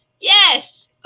yes